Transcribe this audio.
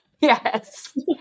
Yes